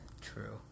True